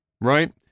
Right